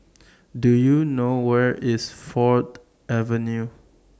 Do YOU know Where IS Ford Avenue